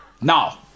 Now